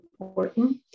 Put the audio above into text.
important